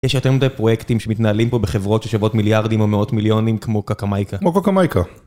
יש יותר מדי פרויקטים שמתנהלים פה בחברות ששוות מיליארדים או מאות מיליונים כמו קקמייקה. כמו קקמייקה.